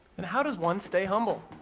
and how does one stay humble?